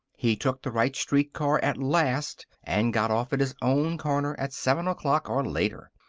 he took the right streetcar at last and got off at his own corner at seven o'clock, or later.